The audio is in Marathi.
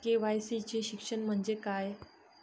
के.वाय.सी चे शिक्षण म्हणजे काय?